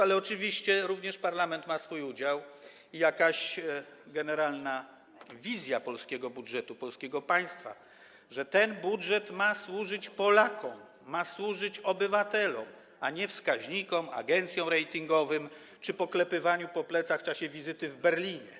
Jednak oczywiście również parlament ma w tym swój udział i jakaś generalna wizja polskiego budżetu polskiego państwa - że ten budżet ma służyć Polakom, ma służyć obywatelom, a nie wskaźnikom, agencjom ratingowym czy zapracowaniu na poklepywanie po plecach w czasie wizyty w Berlinie.